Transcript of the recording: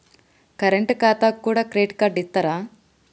Current ఖాతాకు కూడా credit card ఇత్తరా?